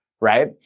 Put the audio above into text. right